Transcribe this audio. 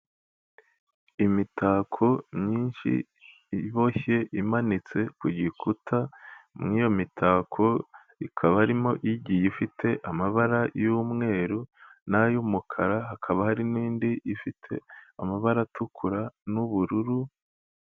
Imitako myinshi iboshye imanitse ku gikuta, mu iyo mitako ikaba arimo igiye ifite amabara y'umweru n'ay'umukara hakaba hari indi ifite amabara atukura n'ubururu.